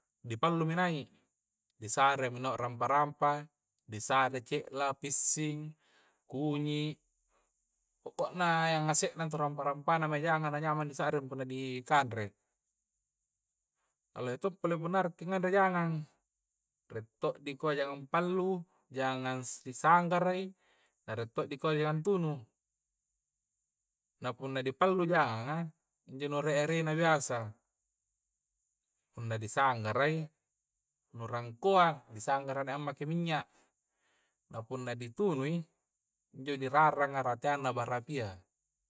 Dipallumi nai' di saremi naung rampa-rampa di sa're cella pissing kunyi pokoknya iya ngase'na intu rampa-rampa na majanga na nyamang ni sa'ring punna di kanrei e lohe to'pole ngareki nganre jangang re' to dikuai jangang pallu jangang si sanggarai na rie' to dikuai antunu na punna di pallu jangang a injo nu re ere na biasa punna di sanggara i nu rangkoa' ni sanggara na ammake minya na punna di tunui injo di ra raranga dirateanna bara apia